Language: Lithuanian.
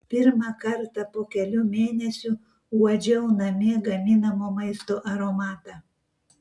pirmą kartą po kelių mėnesių uodžiau namie gaminamo maisto aromatą